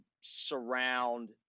surround